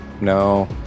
No